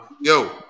yo